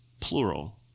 plural